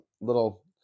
little